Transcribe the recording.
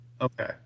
Okay